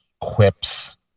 quips